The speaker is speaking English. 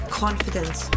confidence